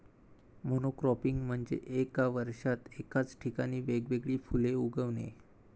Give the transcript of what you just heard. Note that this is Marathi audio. मोनोक्रॉपिंग म्हणजे एका वर्षात एकाच ठिकाणी वेगवेगळी फुले उगवणे